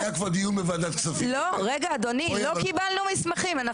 לא קיבלנו מסמכים,